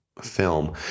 film